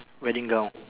wedding gown